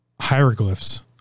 hieroglyphs